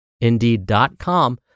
Indeed.com